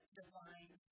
divine